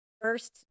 first